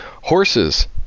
horses